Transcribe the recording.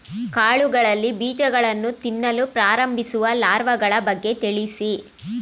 ಕಾಳುಗಳಲ್ಲಿ ಬೀಜಗಳನ್ನು ತಿನ್ನಲು ಪ್ರಾರಂಭಿಸುವ ಲಾರ್ವಗಳ ಬಗ್ಗೆ ತಿಳಿಸಿ?